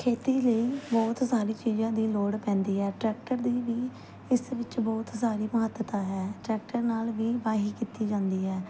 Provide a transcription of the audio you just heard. ਖੇਤੀ ਲਈ ਬਹੁਤ ਸਾਰੀ ਚੀਜ਼ਾਂ ਦੀ ਲੋੜ ਪੈਂਦੀ ਹੈ ਟਰੈਕਟਰ ਦੀ ਵੀ ਇਸ ਵਿੱਚ ਬਹੁਤ ਸਾਰੀ ਮਹੱਤਤਾ ਹੈ ਟਰੈਕਟਰ ਨਾਲ ਵੀ ਵਾਹੀ ਕੀਤੀ ਜਾਂਦੀ ਹੈ